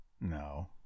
no